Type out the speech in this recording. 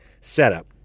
setup